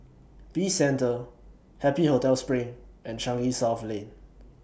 Peace Centre Happy Hotel SPRING and Changi South Lane